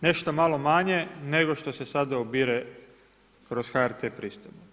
Nešto malo manje, nego što se sada ubire kroz HRT pristojbe.